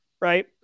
Right